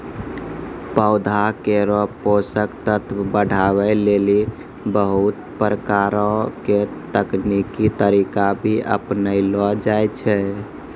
पौधा केरो पोषक तत्व बढ़ावै लेलि बहुत प्रकारो के तकनीकी तरीका भी अपनैलो जाय छै